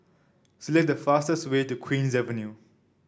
select the fastest way to Queen's Avenue